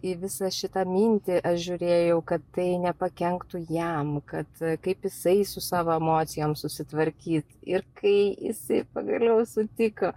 į visą šitą mintį aš žiūrėjau kad tai nepakenktų jam kad kaip jisai su savo emocijom susitvarkyt ir kai jisai pagaliau sutiko